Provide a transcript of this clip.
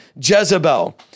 Jezebel